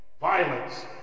Violence